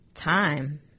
Time